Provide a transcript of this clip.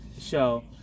show